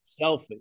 selfie